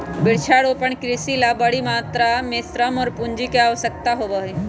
वृक्षारोपण कृषि ला बड़ी मात्रा में श्रम और पूंजी के आवश्यकता होबा हई